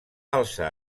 alçar